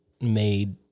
made